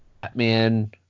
Batman